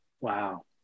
Wow